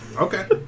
okay